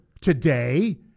today